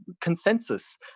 consensus